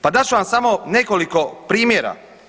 Pa dat ću vam samo nekoliko primjera.